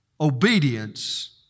obedience